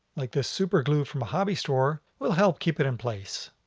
like this super glue from a hobby store, will help keep it in place.